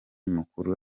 mukuru